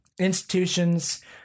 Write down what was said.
institutions